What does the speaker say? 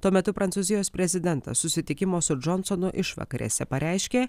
tuo metu prancūzijos prezidentas susitikimo su džonsonu išvakarėse pareiškė